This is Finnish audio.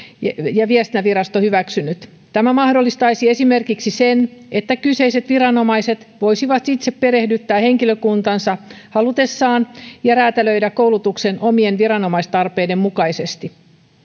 ja viestintävirasto on hyväksynyt tämä mahdollistaisi esimerkiksi sen että kyseiset viranomaiset voisivat itse perehdyttää henkilökuntansa halutessaan ja räätälöidä koulutuksen omien viranomaistarpeiden mukaisesti